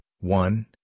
one